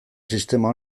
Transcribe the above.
sistema